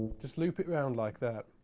just loop it around like that.